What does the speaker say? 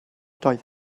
doedd